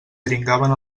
dringaven